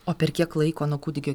o per kiek laiko nuo kūdikio